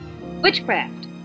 Witchcraft